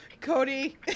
Cody